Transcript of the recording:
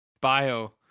Bio